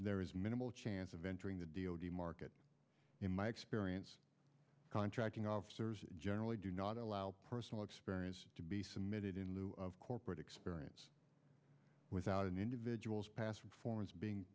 there is minimal chance of entering the d o d market in my experience contracting officers generally do not allow personal experience to be submitted in lieu of corporate experience without an individual's past performance being